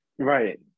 right